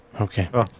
okay